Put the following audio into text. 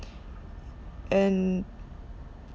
and